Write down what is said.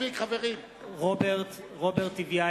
ישראל חסון, אינו נוכח רוברט טיבייב,